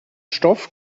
stoff